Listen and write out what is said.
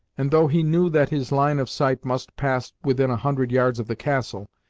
and, though he knew that his line of sight must pass within a hundred yards of the castle,